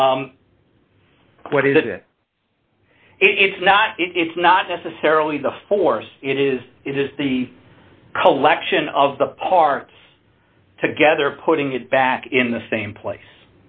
yours what is it it's not it's not necessarily the force it is just the collection of the parts together putting it back in the same place